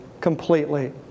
completely